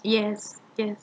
yes yes